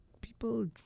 people